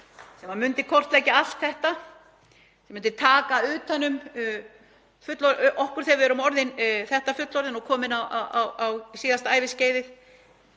sem myndi kortleggja allt þetta, myndi taka utan um okkur þegar við værum orðin þetta fullorðin og komin á síðasta æviskeiðið